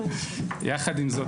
זאת,